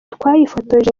twayifotoje